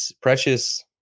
Precious